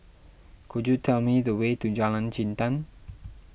could you tell me the way to Jalan Jintan